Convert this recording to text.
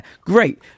great